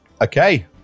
Okay